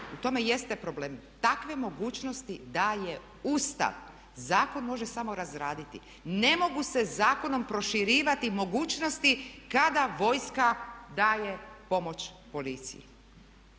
U tome jeste problem, takve mogućnosti daje Ustav. Zakon može samo razraditi. Ne mogu se zakonom proširivati mogućnosti kada vojska daje pomoć policiji.